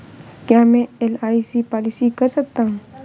क्या मैं LIC policy कर सकता हूं?